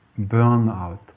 burnout